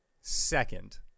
Second